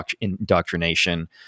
indoctrination